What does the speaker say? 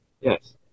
Yes